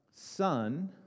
son